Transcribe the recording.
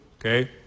okay